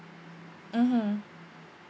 mmhmm